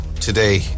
today